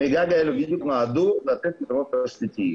הסכמי הגג האלו נועדו בדיוק כדי לתת פתרונות תשתיתיים.